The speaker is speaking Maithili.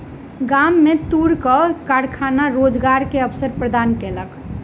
गाम में तूरक कारखाना रोजगार के अवसर प्रदान केलक